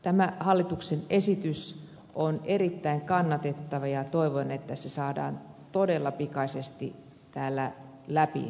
tämä hallituksen esitys on erittäin kannatettava ja toivon että se saadaan todella pikaisesti täällä eduskunnassa läpi